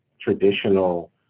traditional